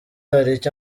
haricyo